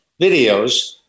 videos